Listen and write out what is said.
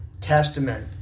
Testament